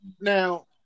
Now